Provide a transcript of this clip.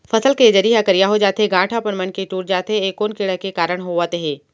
फसल के जरी ह करिया हो जाथे, गांठ ह अपनमन के टूट जाथे ए कोन कीड़ा के कारण होवत हे?